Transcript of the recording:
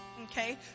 Okay